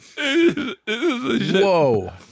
whoa